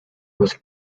was